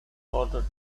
order